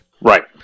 Right